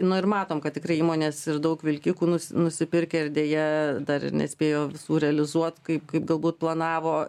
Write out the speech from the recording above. nu ir matom kad tikrai įmonės ir daug vilkikų nusipirkę ir deja dar ir nespėjo visų realizuot kai kai galbūt planavo